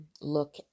look